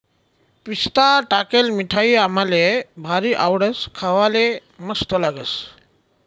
पिस्ता टाकेल मिठाई आम्हले भारी आवडस, खावाले मस्त लागस